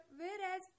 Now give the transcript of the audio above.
whereas